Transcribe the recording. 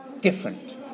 different